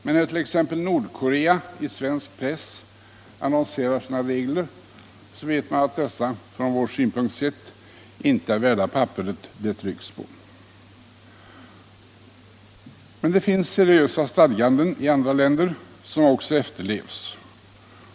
Men närt.ex. Nordkorea i svensk press annonserar sina regler, så vet man att dessa från vår synpunkt sett inte är värda papperet de trycks på. Men det finns seriösa stadganden i andra länder som också efterlevs.